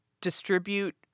distribute